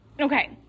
Okay